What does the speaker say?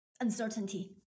uncertainty